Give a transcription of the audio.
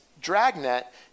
dragnet